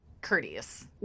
courteous